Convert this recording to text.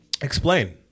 explain